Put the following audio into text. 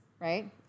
right